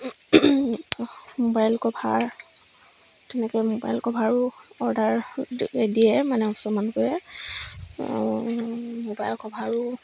mobile cover তেনেকৈ mobile কভাৰো order দিয়ে মানে ওচৰৰ মানুহবোৰে মোবাইল কভাৰো